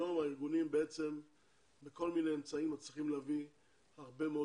היום הארגונים בכל מיני אמצעים מצליחים להביא הרבה מאוד